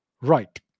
Right